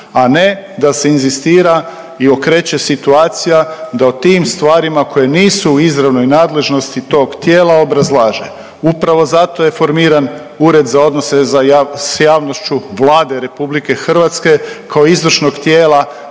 a ne da se inzistira i okreće situacija da o tim stvarima koje nisu u izravnoj nadležnosti tog tijela obrazlaže. Upravo zato je formiran Ured za odnose za s javnošću Vlade RH kao izvršnog tijela